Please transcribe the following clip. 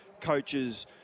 coaches